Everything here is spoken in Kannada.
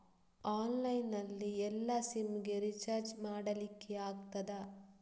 ಆನ್ಲೈನ್ ನಲ್ಲಿ ಎಲ್ಲಾ ಸಿಮ್ ಗೆ ರಿಚಾರ್ಜ್ ಮಾಡಲಿಕ್ಕೆ ಆಗ್ತದಾ?